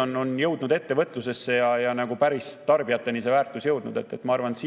on jõudnud päris tarbijateni. Ma arvan, et